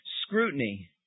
scrutiny